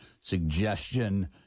suggestion